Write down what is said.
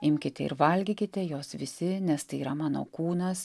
imkite ir valgykite jos visi nes tai yra mano kūnas